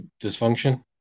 dysfunction